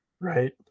right